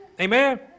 Amen